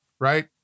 right